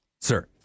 sir